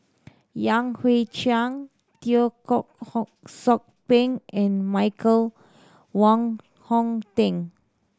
Yan Hui Chang Teo Koh hock Sock Miang and Michael Wong Hong Teng